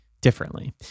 differently